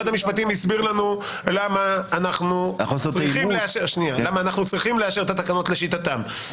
משרד המשפטים הסביר לנו למה אנחנו צריכים לאשר את התקנות לשיטתם,